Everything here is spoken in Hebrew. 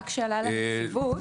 שאלה לנציבות.